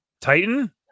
Titan